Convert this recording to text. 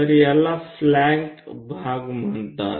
तर याला फ्लॅंक्स भाग म्हणतात